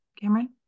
cameron